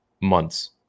months